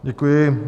Děkuji.